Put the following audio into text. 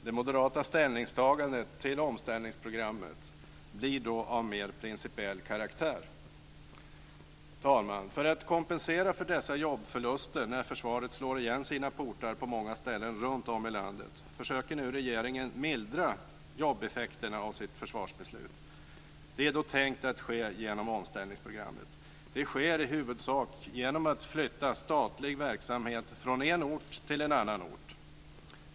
Det moderata ställningstagandet till omställningsprogrammet blir då av mer principiell karaktär. Fru talman! För att kompensera för dessa jobbförluster när försvaret slår igen sina portar på många ställen runtom i landet försöker nu regeringen mildra jobbeffekterna av sitt försvarsbeslut. Det är tänkt att ske genom omställningsprogrammet. Detta sker i huvudsak genom att flytta statlig verksamhet från en ort till en annan ort.